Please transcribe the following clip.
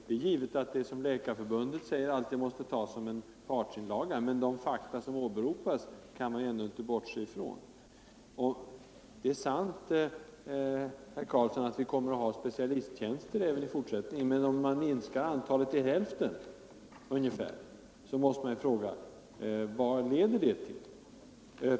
Det är givet att vad Läkarförbundet säger alltid måste tas som en partsinlaga, men de fakta som åberopas kan man ju ändå inte bortse ifrån. Det är sant, herr Karlsson i Huskvarna, att vi kommer att ha specialisttjänster även i fortsättningen. Men om man minskar antalet till ungefär hälften, så måste vi fråga: Vad leder det till?